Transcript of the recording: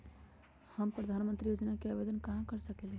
हम प्रधानमंत्री योजना के आवेदन कहा से कर सकेली?